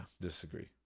disagree